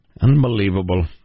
Unbelievable